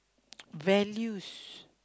values